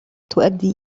تؤدي